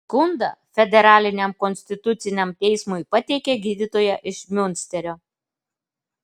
skundą federaliniam konstituciniam teismui pateikė gydytoja iš miunsterio